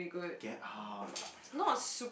get hard [oh]-my-god